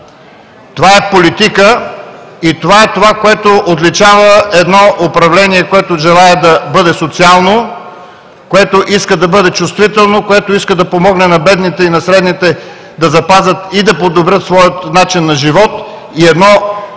Това е политика и това е, което отличава едно управление, което желае да бъде социално, което иска да бъде чувствително, което иска да помогне на бедните и на средните да запазят и да подобрят своя начин на живот,